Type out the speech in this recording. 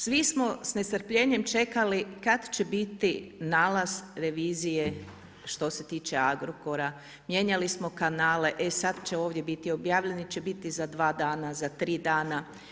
Svi smo s nestrpljenjem čekali kada će biti nalaz revizije što se tiče Agrokora, mijenjali smo kanale, e sad će ovdje biti objavljen ili će biti za 2 dana, za 3 dana.